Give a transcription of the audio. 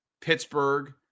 Pittsburgh